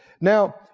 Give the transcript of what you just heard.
Now